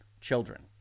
children